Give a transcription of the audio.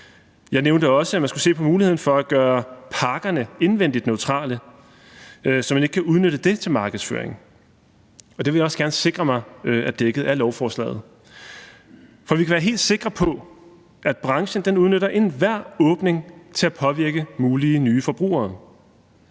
Jeg nævnte også, at man skulle se på muligheden for at gøre pakkerne indvendigt neutrale, så man ikke kan udnytte det til markedsføring, og det vil jeg også gerne sikre mig er dækket af lovforslaget. For vi kan være helt sikre på, at branchen udnytter enhver åbning til at påvirke mulige nye forbrugere.